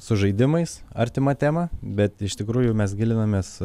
su žaidimais artima tema bet iš tikrųjų mes gilinamės